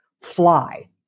fly